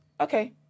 okay